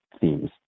themes